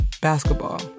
basketball